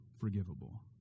forgivable